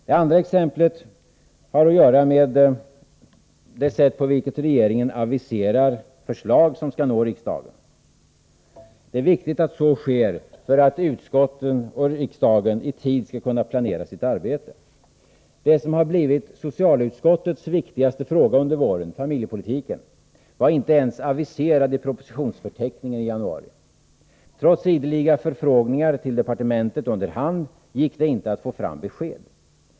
Det andra exemplet har att göra med det sätt på vilket regeringen aviserar förslag som skall nå riksdagen. Det är viktigt att så sker för att utskotten och riksdagen i tid skall kunna planera sitt arbete. Familjepolitiken, som har blivit socialutskottets viktigaste fråga under våren, var inte ens aviserad i propositionsförteckningen i januari. Trots ideliga förfrågningar till departementet under hand gick det inte att få fram besked.